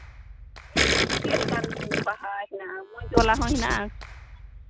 ᱪᱮᱫ ᱞᱮᱠᱟᱱ ᱵᱟᱦᱟ ᱦᱮᱱᱟᱜᱼᱟ ᱢᱚᱡᱽ ᱵᱟᱞᱟ ᱦᱚᱸ ᱦᱮᱱᱟᱜᱼᱟ